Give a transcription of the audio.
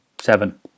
Seven